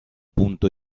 punto